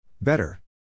better